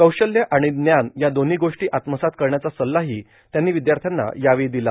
कौशल्य आणि ज्ञान या दोन्ही गोष्टी आत्मसात करण्याचा सल्लाही त्यांनी विद्यार्थ्यांना यावेळी दिला